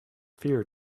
fear